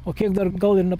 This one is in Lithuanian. o kiek dar gal ir ne